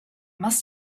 must